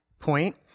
point